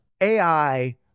AI